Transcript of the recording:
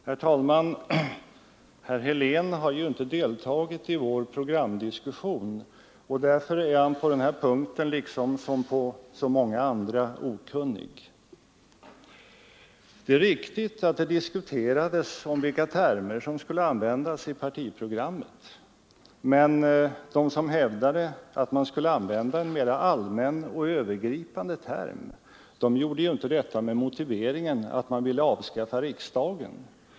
Herr talman! Herr Helén har ju inte deltagit i vår programdiskussion och därför är han på den här punkten liksom på så många andra okunnig. Det är riktigt att det diskuterades vilka termer som skulle användas i partiprogrammet. Men de som hävdade att man skulle använda en mera allmän och övergripande term gjorde ju inte detta med motiveringen att man ville avskaffa riksdagen.